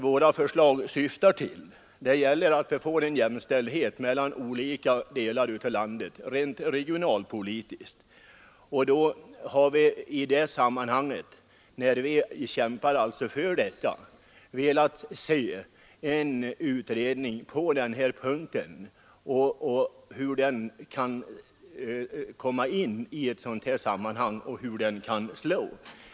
Våra förslag syftar till att skapa regionalpolitisk jämställdhet mellan olika delar av landet. Därför har vi önskat att trafikpolitiska utredningen skulle undersöka den här frågan.